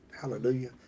Hallelujah